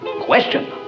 Question